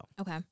Okay